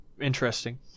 interesting